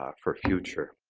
ah for future